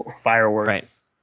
fireworks